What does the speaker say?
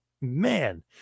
man